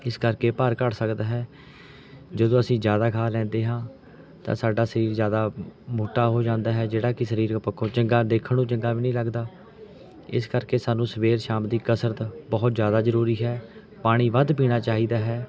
ਇਸ ਕਰਕੇ ਭਾਰ ਘੱਟ ਸਕਦਾ ਹੈ ਜਦੋਂ ਅਸੀਂ ਜ਼ਿਆਦਾ ਖਾ ਲੈਂਦੇ ਹਾਂ ਤਾਂ ਸਾਡਾ ਸਰੀਰ ਜ਼ਿਆਦਾ ਮੋਟਾ ਹੋ ਜਾਂਦਾ ਹੈ ਜਿਹੜਾ ਕਿ ਸਰੀਰਕ ਪੱਖੋਂ ਚੰਗਾ ਦੇਖਣ ਨੂੰ ਚੰਗਾ ਵੀ ਨਹੀਂ ਲੱਗਦਾ ਇਸ ਕਰਕੇ ਸਾਨੂੰ ਸਵੇਰ ਸ਼ਾਮ ਦੀ ਕਸਰਤ ਬਹੁਤ ਜ਼ਿਆਦਾ ਜ਼ਰੂਰੀ ਹੈ ਪਾਣੀ ਵੱਧ ਪੀਣਾ ਚਾਹੀਦਾ ਹੈ